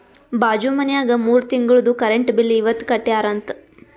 ಬಾಜು ಮನ್ಯಾಗ ಮೂರ ತಿಂಗುಳ್ದು ಕರೆಂಟ್ ಬಿಲ್ ಇವತ್ ಕಟ್ಯಾರ ಅಂತ್